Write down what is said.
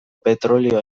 petrolio